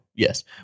yes